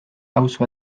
auzo